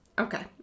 Okay